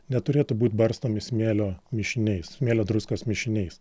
neturėtų būt barstomi smėlio mišiniais smėlio druskos mišiniais